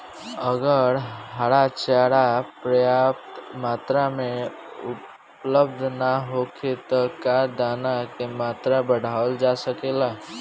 अगर हरा चारा पर्याप्त मात्रा में उपलब्ध ना होखे त का दाना क मात्रा बढ़ावल जा सकेला?